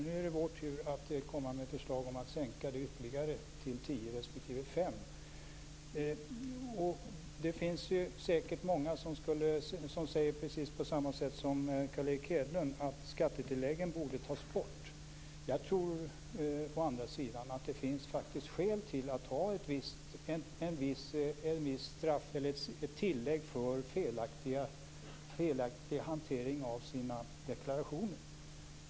Nu är det vår tur att komma med förslag om att sänka dem ytterligare till 10 % Det finns säkert många som säger på precis samma sätt som Carl Erik Hedlund att skattetilläggen borde tas bort. Jag tror att det finns skäl att ha ett visst tillägg för felaktig hantering av sina deklarationer.